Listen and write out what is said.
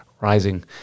rising